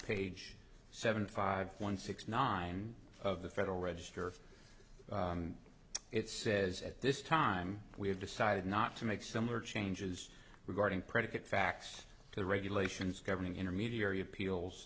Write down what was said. page seven five one six nine of the federal register it says at this time we have decided not to make similar changes regarding predicate facts to the regulations governing intermediary appeals